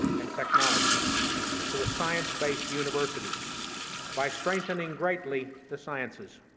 and technology to a science-based university by strengthening greatly the sciences.